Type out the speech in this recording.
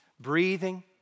Breathing